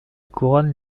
couronne